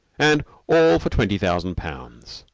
and all for twenty thousand pounds.